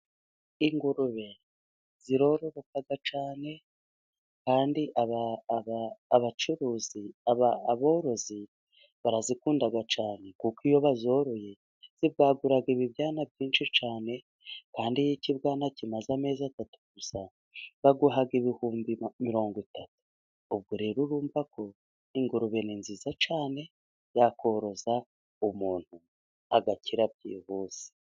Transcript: Ingurube zirororoka cyane kandi aba abacuruzi aba aborozi barazikunda cyane, kuko iyo bazoroye ndetse zibwagura ibibwana byinshi cyane kandi iyo ikibwana kimaze amezi atatu gusa baguha ibihumbi mirongo itatu ,ubwo rero urumvako ingurube ni nziza cyane yakoroza umuntu agakira byihuse.